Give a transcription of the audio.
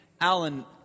Alan